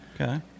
Okay